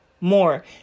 more